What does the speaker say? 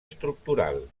estructural